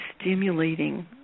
stimulating